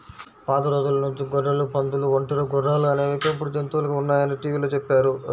పాత రోజుల నుంచి గొర్రెలు, పందులు, ఒంటెలు, గుర్రాలు అనేవి పెంపుడు జంతువులుగా ఉన్నాయని టీవీలో చెప్పారు